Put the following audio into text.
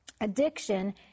addiction